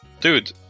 Dude